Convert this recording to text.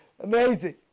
amazing